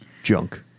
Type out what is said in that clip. junk